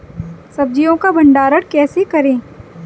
सब्जियों का भंडारण कैसे करें?